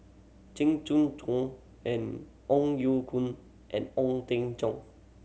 Jing Jun Hong and Ong Ye Kung and Ong Teng Cheong